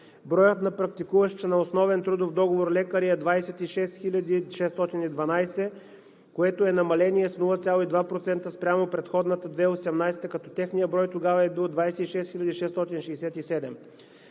Броят на практикуващите на основен трудов договор лекари е 26 612, което е намаление с 0,2% спрямо предходната 2018 г., като техният брой тогава е бил 26 667.